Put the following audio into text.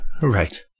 Right